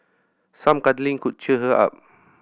some cuddling could cheer her up